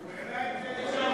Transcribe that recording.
הוא העלה את זה ל-950,000.